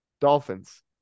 Dolphins